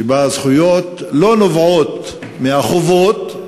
מדינה שבה הזכויות לא נובעות מהחובות,